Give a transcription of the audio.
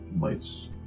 lights